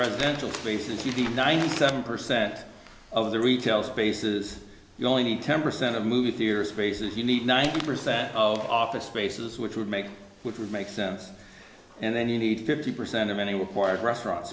presidential spaces you get ninety seven percent of the retail spaces you only need ten percent of movie theaters spaces you need ninety percent of office spaces which would make which would make sense and then you need fifty percent of any one part restaurant